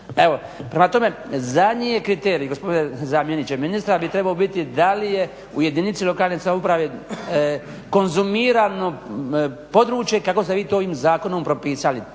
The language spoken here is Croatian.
evo, prema tome, zadnji je kriterij gospodine zamjeniče ministra bi trebao biti da li je u jedinici lokalne samouprave konzumirano područje kako ste vi to ovim zakonom propisali.